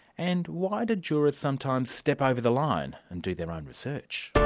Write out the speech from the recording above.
and why do jurors sometimes step over the line and do their own research?